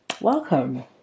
welcome